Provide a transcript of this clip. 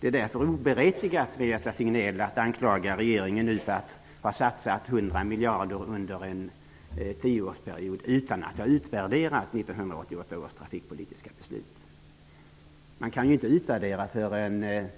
Därför är det oberättigat av Sven-Gösta Signell att nu anklaga regeringen för att ha satsat 100 miljarder på en tioårsperiod utan att ha utvärderat 1988 års trafikpolitiska beslut. Man kan inte göra en utvärdering förrän